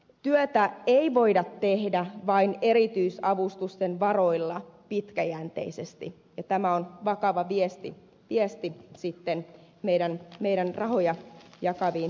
työtä ei voida tehdä pitkäjänteisesti vain erityisavustusten varoilla ja tämä on sitten vakava viesti meidän rahojamme jakaviin instansseihin